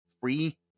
free